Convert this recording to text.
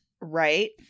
right